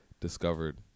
discovered